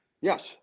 Yes